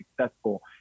successful